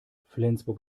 flensburg